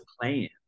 playing